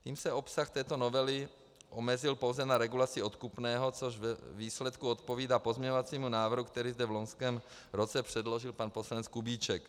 Tím se obsah této novely omezil pouze na regulaci odkupného, což ve výsledku odpovídá pozměňovacímu návrhu, který zde v loňském roce předložil pan poslanec Kubíček.